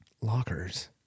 lockers